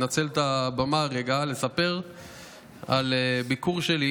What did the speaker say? אני רוצה שנייה לנצל את הבמה ולספר על ביקור שלי.